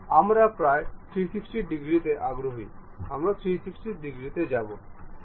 আমরা প্রায় 360 ডিগ্রীতে আগ্রহী আমরা 360 ডিগ্রিতে যাবো